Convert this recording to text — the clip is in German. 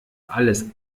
alles